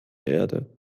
erde